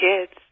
kids